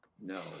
No